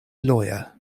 lawyer